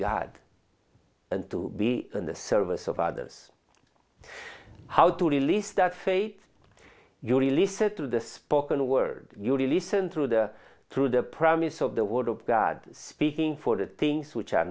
god and to be in the service of others how to release that fate you release it to the spoken word you listen to the true the promise of the word of god speaking for the things which are